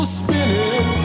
spinning